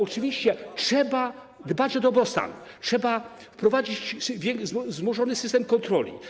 Oczywiście, trzeba dbać o dobrostan, trzeba wprowadzić wzmożony system kontroli.